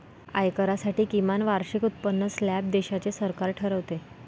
आयकरासाठी किमान वार्षिक उत्पन्न स्लॅब देशाचे सरकार ठरवते